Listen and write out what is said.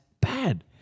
bad